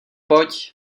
pojď